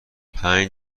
پنج